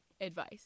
advice